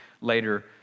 later